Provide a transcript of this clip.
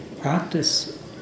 practice